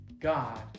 God